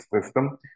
system